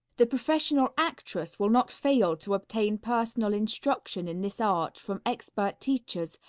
the professional actress will not fail to obtain personal instruction in this art from expert teachers,